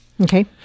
okay